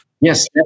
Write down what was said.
Yes